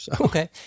Okay